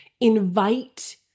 invite